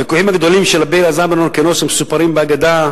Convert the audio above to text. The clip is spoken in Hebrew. הוויכוחים הגדולים של רבי אלעזר בן הורקנוס המסופרים באגדה,